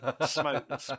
smoke